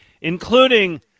including